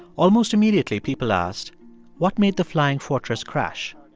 almost immediately, people asked what made the flying fortress crash?